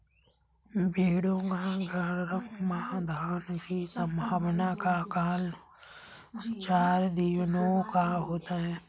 भेंड़ों का गर्भाधान की संभावना का काल चार दिनों का होता है